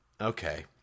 okay